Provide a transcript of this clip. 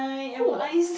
who